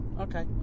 Okay